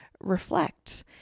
reflect